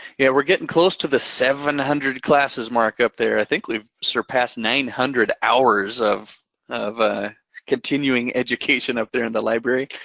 yeah, we're gettin' close to the seven hundred classes mark up there. i think we've surpassed nine hundred hours of of ah continuing education up there in the library.